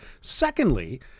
Secondly